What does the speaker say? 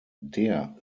der